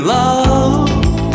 love